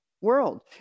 world